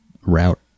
route